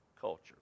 culture